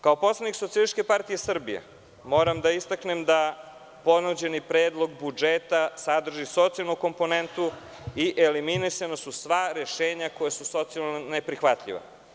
Kao poslanik SPS moram da istaknem da ponuđeni Predlog budžeta sadrži socijalnu komponentu i eliminisana su sva rešenja koja su socijalno neprihvatljiva.